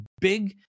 big